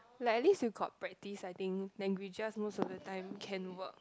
like at least you got practice I think languages most of the time can work